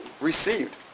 received